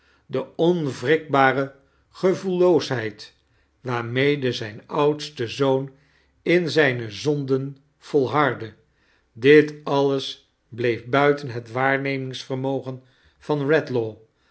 de onwrikbare gevoelloosheid waarmede zijn oudste zoon in zijne zonden volhardde dit alles bleef buiten het i waarnemingsvermogen van redlaw